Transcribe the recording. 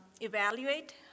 evaluate